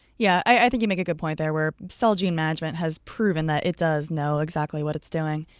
yeah, i think you make a point there where so celgene management has proven that it does know exactly what it's doing.